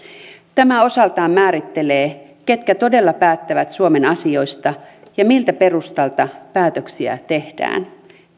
tämä osaltaan määrittelee ketkä todella päättävät suomen asioista ja miltä perustalta päätöksiä tehdään